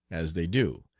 as they do,